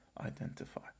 identify